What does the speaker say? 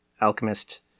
alchemist